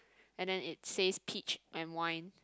and then it says peach and wine